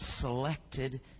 selected